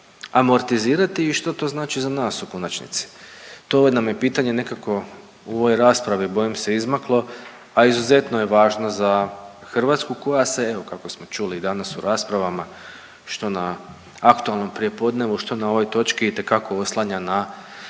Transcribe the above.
i što to znači za nas, u konačnici? To nam je pitanje nekako u ovoj raspravi, bojim se, izmaklo, a izuzetno je važno za Hrvatsku, koja se, evo kako smo čuli danas u raspravama, što na aktualnom prijepodnevnu, što na ovoj točki, itekako oslanja na financijska